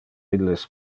illes